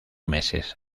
meses